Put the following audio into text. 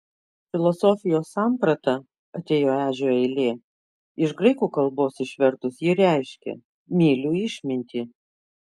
filosofijos samprata atėjo ežio eilė iš graikų kalbos išvertus ji reiškia myliu išmintį